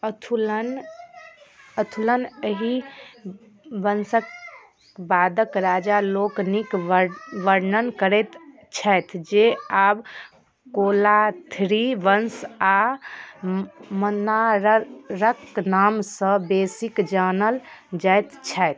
अथुलन अथुलन एहि वंशक बादक राजा लोकनिक वर्णन करैत छथि जे आब कोलाथिरी वंश आ मन्नानरक नाम सऽ बेसी जानल जाइत छथि